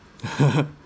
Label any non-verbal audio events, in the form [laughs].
[laughs]